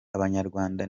abanyarwanda